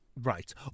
Right